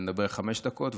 ואני אדבר חמש דקות,